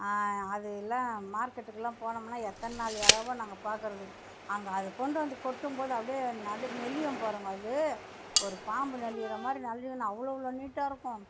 அதலாம் மார்க்கெட்டுக்கெல்லாம் போனோம்னா எத்தனை நாள் இறாவோ நாங்கள் பாக்கிறது அங்கே அது கொண்டு வந்து கொட்டும்போது அப்படியே நெளியும் பாருங்கள் அது ஒரு பாம்பு நெளியுற மாதிரி நெளியும் அவ்ளோவளோ நீட்டாக இருக்கும்